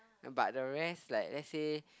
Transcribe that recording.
but the rest like let's say